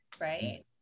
right